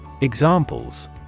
Examples